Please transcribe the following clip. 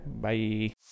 Bye